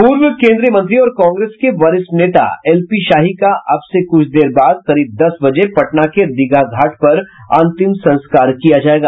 पूर्व केंद्रीय मंत्री और कांग्रेस के वरिष्ठ नेता एलपी शाही का अब से कुछ देर बाद करीब दस बजे पटना के दीघा घाट पर अंतिम संस्कार किया जायेगा